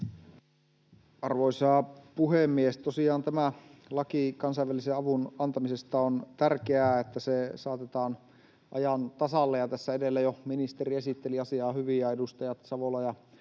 Arvoisa puhemies! Tosiaan on tärkeää, että tämä laki kansainvälisen avun antamisesta saatetaan ajan tasalle. Tässä edellä jo ministeri esitteli asiaa hyvin, ja edustajat Savola